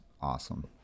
awesome